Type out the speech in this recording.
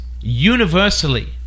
universally